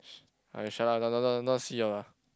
ah you shut up not not not not see [liao] lah